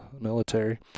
military